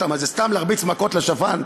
מה זה סתם להרביץ מכות לשפן?